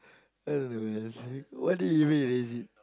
I don't know man why did you even erase it